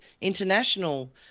international